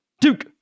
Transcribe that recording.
Duke